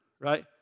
right